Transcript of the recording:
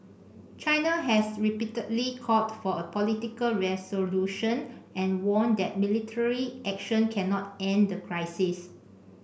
China has repeatedly called for a political resolution and warned that military action cannot end the crisis